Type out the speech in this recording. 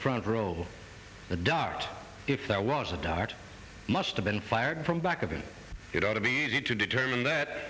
front row the dart if there was a dart must have been fired from the back of it it ought to be easy to determine that